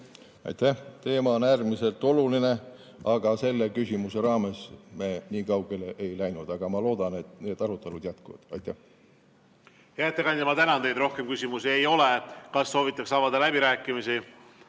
Aitäh! Teema on äärmiselt oluline, aga selle küsimuse juures me nii kaugele ei läinud. Kuid ma loodan, et need arutelud jätkuvad. Hea ettekandja, ma tänan teid! Rohkem küsimusi ei ole. Kas soovitakse avada läbirääkimisi?